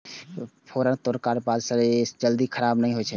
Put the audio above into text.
परोर तोड़लाक बाद जल्दी खराब नहि होइ छै